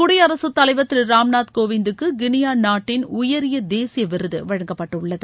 குடியரசுத்தலைவர் திரு ராம்நாத் கோவிந்துக்கு கினியா நாட்டின் உயரிய தேசிய விருது வழங்கப்பட்டுள்ளது